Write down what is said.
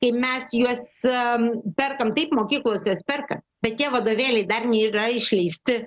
tai mes juos perkam taip mokyklos juos perka bet tie vadovėliai dar nėra išleisti